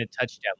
touchdown